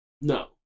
No